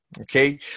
Okay